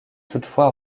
toutefois